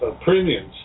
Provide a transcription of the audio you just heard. premiums